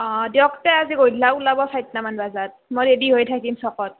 অঁ দিয়ক তে আজি গধূলা ওলাব চাইট্টা মান বাজাত মই ৰেডি হৈ থাকিম চ'কত